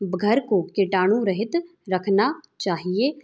घर को कीटाणु रहित रखना चाहिए